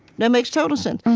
that makes total sense,